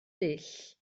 dull